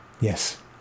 Yes